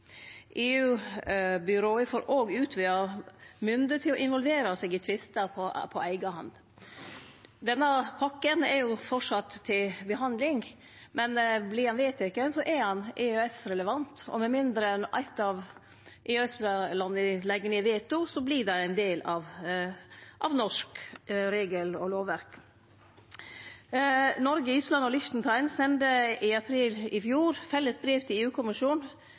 EU-byråa får også utvida mynde til å involvere seg i tvistar på eiga hand. Denne pakka er framleis til behandling, men vert ho vedteken, er ho EØS-relevant, og med mindre eitt av EØS-landa legg ned veto, vert det ein del av norsk regel- og lovverk. Noreg, Island og Liechtenstein sende i april i fjor felles brev til